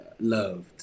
loved